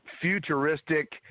futuristic